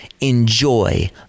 Enjoy